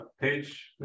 page